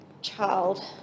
child